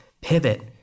Pivot